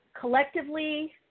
collectively